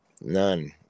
none